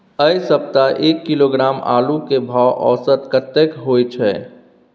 ऐ सप्ताह एक किलोग्राम आलू के भाव औसत कतेक होय छै?